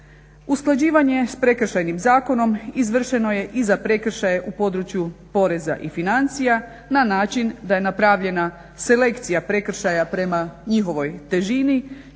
Usklađivanje s Prekršajnim zakonom izvršeno je i za prekršaje u području poreza i financija na način da je napravljena selekcija prekršaja prema njihovoj težini